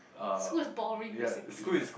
school is boring basically